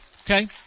okay